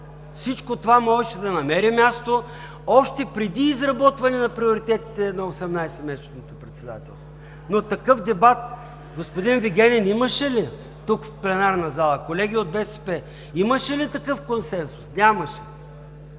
Всичко това можеше да намери място още преди изработване на приоритетите на 18-месечното председателство, но такъв дебат, господин Вигенин, имаше ли тук в пленарна зала? Колеги от БСП – имаше ли такъв консенсус? Нямаше!